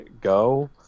go